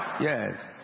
Yes